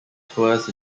tours